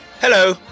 Hello